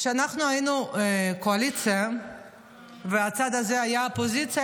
כשאנחנו היינו קואליציה והצד הזה היה אופוזיציה,